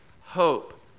hope